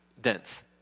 dense